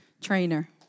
trainer